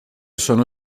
sono